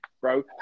bro